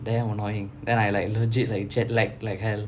damn annoying then I like legit like jet lag like hell